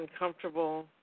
Uncomfortable